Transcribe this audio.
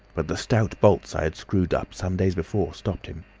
but the stout bolts i had screwed up some days before stopped him.